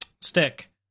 stick